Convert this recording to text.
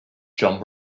john